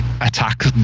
attack